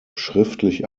schriftlich